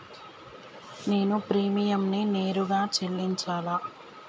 నేను ప్రీమియంని నేరుగా చెల్లించాలా?